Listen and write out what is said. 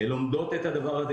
לומדות את הדבר הזה.